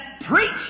preach